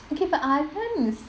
okay but aryan is